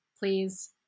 Please